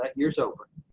that year is over.